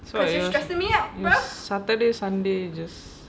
so it what it's saturday sunday just